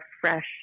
fresh